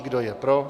Kdo je pro?